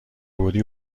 بودی